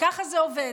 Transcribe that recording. ככה זה עובד.